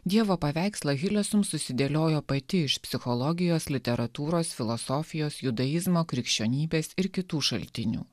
dievo paveikslą hilesum susidėliojo pati iš psichologijos literatūros filosofijos judaizmo krikščionybės ir kitų šaltinių